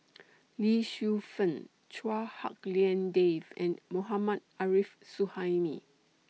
Lee Shu Fen Chua Hak Lien Dave and Mohammad Arif Suhaimi